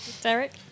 Derek